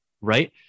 right